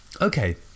Okay